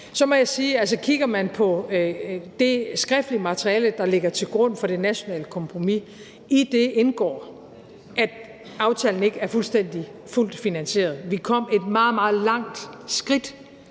Så må jeg sige, at kigger man på det skriftlige materiale, der ligger til grund for det nationale kompromis, så indgår der i det, at aftalen ikke er fuldt finansieret. Vi kom et meget, meget langt skridt